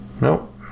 Nope